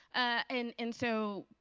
and and so